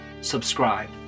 subscribe